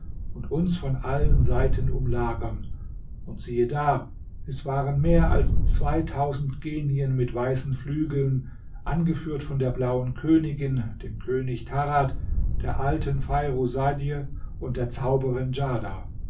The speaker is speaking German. und uns von allen seiten umlagern und siehe da es waren mehr als zweitausend genien mit weißen flügeln angeführt von der blauen königin dem könig tarad der alten feirusadj und der zauberin djarda